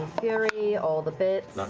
fury, all the bits.